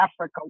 Africa